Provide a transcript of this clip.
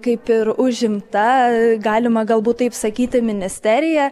kaip ir užimta galima galbūt taip sakyti ministerija